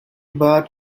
bought